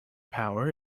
power